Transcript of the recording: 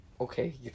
Okay